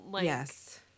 Yes